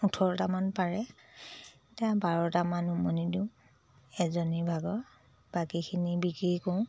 ওঠৰটামান পাৰে এতিয়া বাৰটামান উমনি দিওঁ এজনী ভাগৰ বাকীখিনি বিক্ৰী কৰোঁ